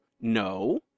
no